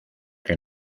que